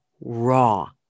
raw